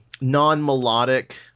non-melodic